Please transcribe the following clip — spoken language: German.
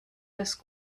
das